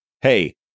Hey